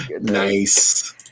nice